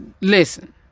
Listen